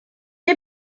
est